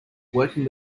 working